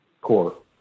core